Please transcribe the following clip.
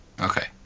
Okay